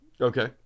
Okay